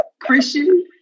Christian